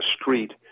street